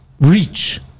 reach